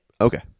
Okay